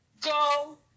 go